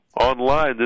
Online